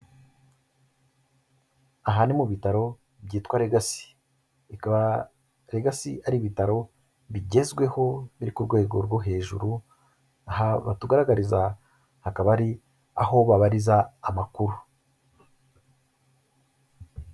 Aha ni mu bitaro byitwa Legacy, bikaba Legacy ari ibitaro bigezweho biri ku rwego rwo hejuru, aha batugaragariza akaba ari aho babariza amakuru.